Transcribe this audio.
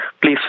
please